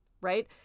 Right